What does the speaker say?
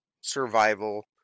survival